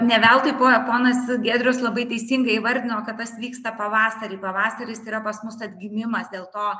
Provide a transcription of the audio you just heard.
ne veltui po ponas giedrius labai teisingai įvardino kad tas vyksta pavasarį pavasaris yra pas mus atgimimas dėl to